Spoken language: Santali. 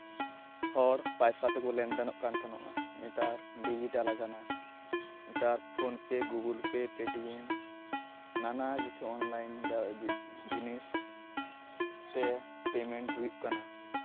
ᱦᱚᱲ ᱯᱚᱭᱥᱟ ᱛᱮᱠᱚ ᱞᱮᱱᱫᱮᱱᱚᱜ ᱠᱟᱱ ᱛᱟᱦᱮᱱᱚᱜᱼᱟ ᱱᱮᱛᱟᱨ ᱰᱤᱡᱤᱴᱟᱞ ᱟᱠᱟᱱᱟ ᱱᱮᱛᱟᱨ ᱯᱷᱳᱱ ᱯᱮ ᱜᱩᱜᱳᱞ ᱯᱮ ᱯᱮᱴᱤᱭᱮᱢ ᱱᱟᱱᱟ ᱠᱤᱪᱷᱩ ᱚᱱᱞᱟᱭᱤᱱ ᱡᱤᱱᱤᱥ ᱛᱮ ᱯᱮᱢᱮᱱᱴ ᱦᱩᱭᱩᱜ ᱠᱟᱱᱟ